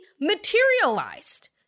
materialized